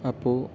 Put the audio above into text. അപ്പോൾ